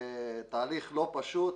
תהליך לא פשוט.